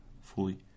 fully